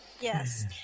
yes